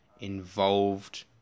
involved